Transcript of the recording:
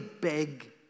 big